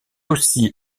aussi